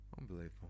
Unbelievable